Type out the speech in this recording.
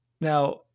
Now